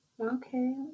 okay